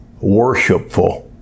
worshipful